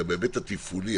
אלא בהיבט התפעולי,